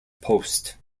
post